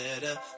better